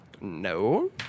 No